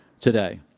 today